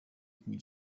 king